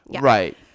Right